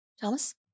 Thomas